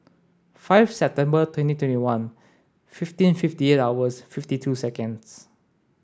five September twenty twenty one fifteen fifty eight hours fifty two seconds